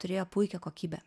turėjo puikią kokybę